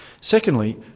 Secondly